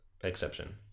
exception